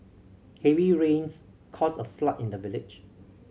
heavy rains caused a flood in the village